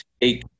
take